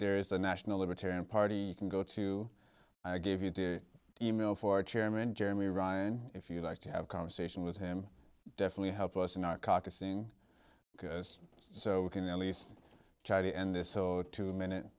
there is the national libertarian party you can go to i gave you the email for chairman jeremy ryan if you'd like to have conversation with him definitely help us in our caucus and so we can at least try to end this so two minute